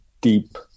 deep